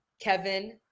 Kevin